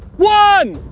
one.